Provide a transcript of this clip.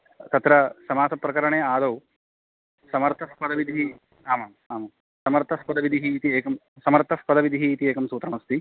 तत्र समासप्रकरणे आदौ समर्थः पदविधिः आमाम् आमां समर्थः पदविधिः इति एकं समर्थः पदविधिः इति एकं सूत्रमस्ति